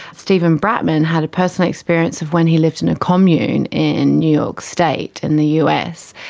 steven bratman had a personal experience of when he lived in a commune in new york state in the us.